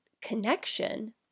connection